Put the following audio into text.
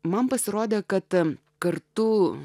man pasirodė kad kartu